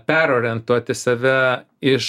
perorientuoti save iš